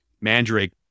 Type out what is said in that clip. Mandrake